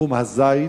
ותחום הזית,